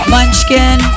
Munchkin